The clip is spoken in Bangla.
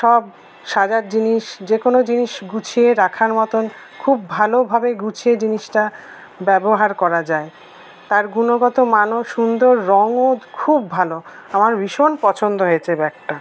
সব সাজার জিনিস যে কোনো জিনিস গুছিয়ে রাখার মতন খুব ভালোভাবে গুছিয়ে জিনিসটা ব্যবহার করা যায় তার গুণগত মানও সুন্দর রঙও খুব ভালো আমার ভীষণ পছন্দ হয়েছে ব্যাগটা